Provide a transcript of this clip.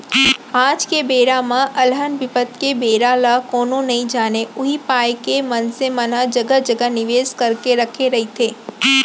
आज के बेरा म अलहन बिपत के बेरा ल कोनो नइ जानय उही पाय के मनसे मन ह जघा जघा निवेस करके रखे रहिथे